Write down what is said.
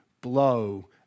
blow